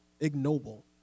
ignoble